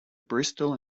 bristol